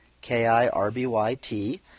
K-I-R-B-Y-T